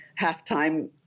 halftime